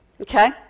okay